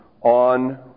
on